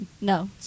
No